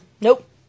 Nope